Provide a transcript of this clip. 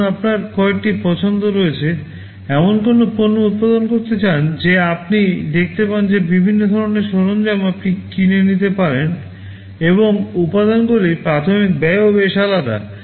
ধরুন আপনার কয়েকটি পছন্দ আছে এমন কোনও পণ্য উত্পাদন করতে চান যে আপনি দেখতে পান যে বিভিন্ন ধরণের সরঞ্জাম আপনি কিনে নিতে পারেন them এবং উপকরণগুলির প্রাথমিক ব্যয়ও বেশ আলাদা